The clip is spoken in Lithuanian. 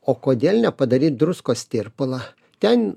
o kodėl nepadaryt druskos tirpalą ten